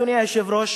אדוני היושב-ראש,